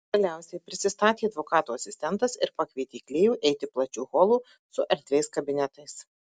galiausiai prisistatė advokato asistentas ir pakvietė klėjų eiti plačiu holu su erdviais kabinetais